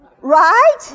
Right